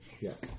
Yes